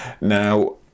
Now